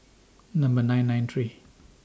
Number nine nine three